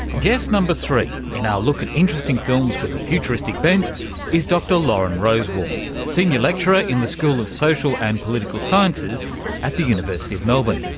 guest number three in our look at interesting films with a futuristic bent is dr lauren rosewarne, senior lecturer in the school of social and political sciences at the university of melbourne.